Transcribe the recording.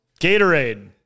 Gatorade